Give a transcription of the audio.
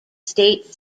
state